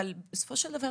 אבל בסופו של דבר,